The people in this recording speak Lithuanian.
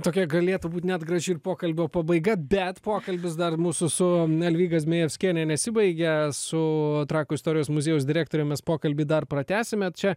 tokia galėtų būt net graži ir pokalbio pabaiga bet pokalbis dar mūsų su elvyga zmejevskiene nesibaigia su trakų istorijos muziejaus direktorium pokalbį dar pratęsime čia